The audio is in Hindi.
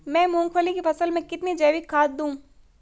मैं मूंगफली की फसल में कितनी जैविक खाद दूं?